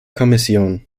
kommission